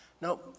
No